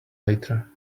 lighter